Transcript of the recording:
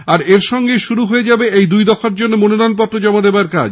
আর এর সঙ্গে শুরু হয়ে যাবে এই দুই দফার জন্য মনোনয়ন পত্র জমা দেওয়ার কাজ